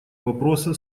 вопроса